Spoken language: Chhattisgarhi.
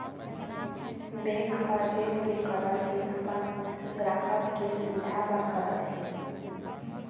बेंक ह जेन भी करत हे अपन गराहक के सुबिधा बर करत हे